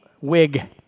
Wig